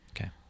Okay